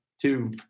two